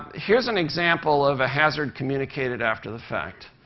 here's an example of a hazard communicated after the fact.